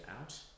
out